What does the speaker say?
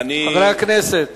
חברי הכנסת.